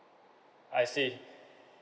I see